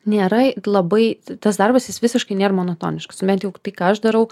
nėra labai tas darbas jis visiškai nėr monotoniškas nu bent jau tai ką aš darau